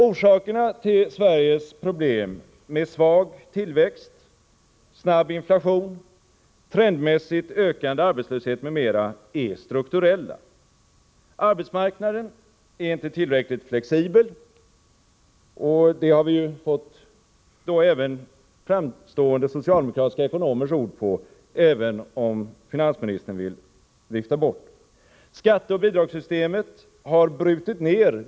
Orsakerna till Sveriges problem med svag tillväxt, snabb inflation, trendmässigt ökande arbetslöshet m.m. är strukturella. Arbetsmarknaden är inte tillräckligt flexibel — det har vi ju fått även framstående socialdemokratiska ekonomers ord på, även om finansministern vill vifta bort dem. Skatteoch bidragssystemet har brutit nu.